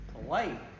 polite